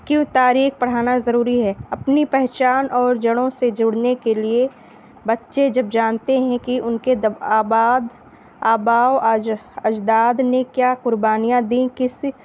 کیوں تاریخ پڑھانا ضروری ہے اپنی پہچان اور جڑوں سے جڑنے کے لیے بچے جب جانتے ہیں کہ ان کے آباد آباؤ اجداد نے کیا قربانیاں دیں کس